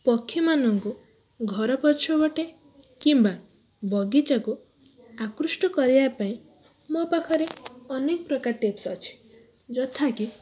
ପକ୍ଷୀ ମାନଙ୍କୁ ଘର ପଛପଟେ କିମ୍ବା ବଗିଚାକୁ ଆକୃଷ୍ଟ କରିବା ପାଇଁ ମୋ ପାଖରେ ଅନେକ ପ୍ରକାର ଟିପ୍ସ୍ ଅଛି ଯଥା କି